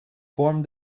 formed